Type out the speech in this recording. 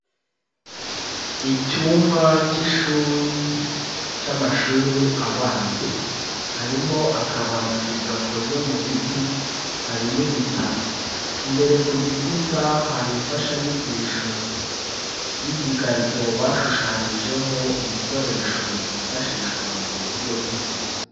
Icyumba k'ishuri cy'amashuri abanza harimo akabati gakoze mu biti, harimo ibitabo. Imbere ku gikuta hari imfashanyigisho y'igikarito bashushanyijeho ibikoresho byifashishwa mu buryo bw'isuku.